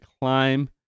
climb